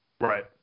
Right